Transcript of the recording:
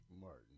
Martin